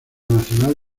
nacional